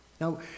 Now